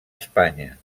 espanya